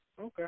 Okay